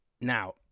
Now